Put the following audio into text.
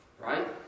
Right